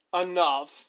enough